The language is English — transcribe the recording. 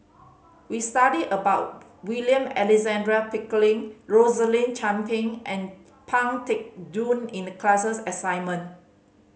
we studied about William Alexander Pickering Rosaline Chan Pang and Pang Teck Joon in the class assignment